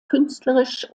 künstlerisch